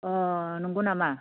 अह नंगौ नामा